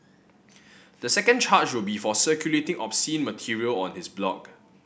the second charge will be for circulating obscene material on his blog